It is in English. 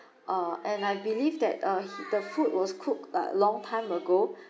uh and I believe that uh he the food was cooked but long time ago